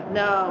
no